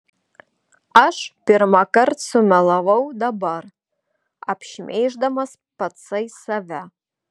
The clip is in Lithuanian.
aš pirmąkart sumelavau dabar apšmeiždamas patsai save